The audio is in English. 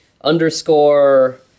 underscore